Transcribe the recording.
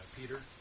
Peter